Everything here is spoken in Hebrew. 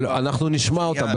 אנחנו נשמע אותם.